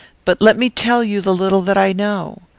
but let me tell you the little that i know.